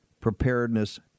preparedness